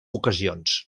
ocasions